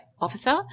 officer